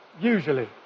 Usually